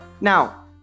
Now